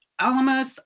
Alamos